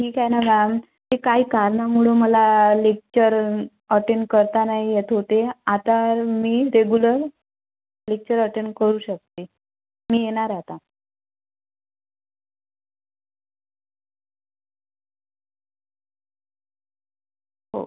ठीक आहे ना मॅम ते काही कारणामुळं मला लेक्चर अटेन करता नाही येत होते आता मी रेगुलर लेक्चर अटेन करू शकते मी येणार आता हो